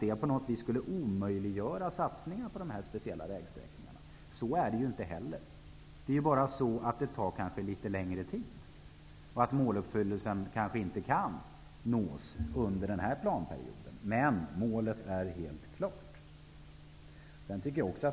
Det skulle omöjliggöra satsningar på dessa speciella vägsträckor. Så är det inte heller. Det tar kanske litet längre tid, och måluppfyllelsen kan kanske inte nås under denna planperiod, men målet är helt klart.